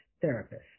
therapist